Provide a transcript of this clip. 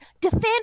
defend